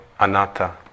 anatta